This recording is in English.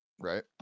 right